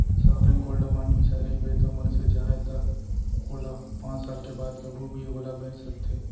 sovereign gold bond बिसाए रहिबे त मनसे चाहय त ओला पाँच साल के बाद कभू भी ओला बेंच सकथे